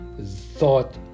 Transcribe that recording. thought